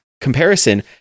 comparison